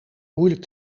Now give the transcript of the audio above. moeilijk